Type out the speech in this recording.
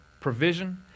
provision